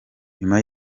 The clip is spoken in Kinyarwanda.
nyuma